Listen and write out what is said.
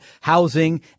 housing